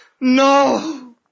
No